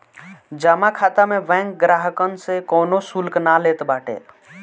जमा खाता में बैंक ग्राहकन से कवनो शुल्क ना लेत बाटे